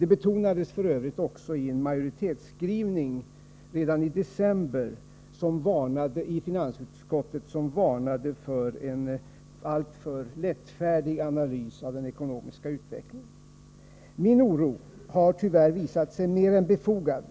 Det betonades f. ö. redan i december i en majoritetsskrivning från finansutskottet, som varnade för en alltför lättfärdig analys av den ekonomiska utvecklingen. Min oro har tyvärr visat sig mer än befogad.